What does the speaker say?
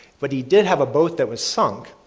but he did have a boat that was sunk.